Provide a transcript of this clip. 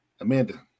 Amanda